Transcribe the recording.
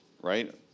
right